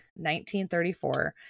1934